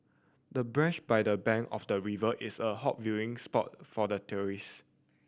the bench by the bank of the river is a hot viewing spot for the tourist